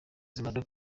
y’ubuzima